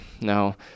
no